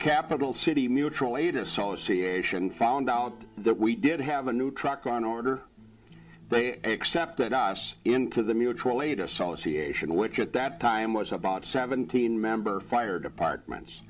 capital city mutual aid association found out that we did have a new truck on order they accepted us into the mutual aid association which at that time was about seventeen member fire departments